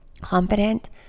Confident